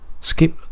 Skip